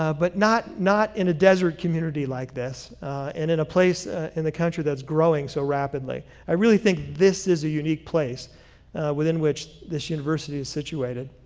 ah but not not in a desert community like this and in a place in the country that's growing so rapidly. i really think this is a unique place within which this university is situated.